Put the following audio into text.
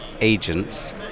agents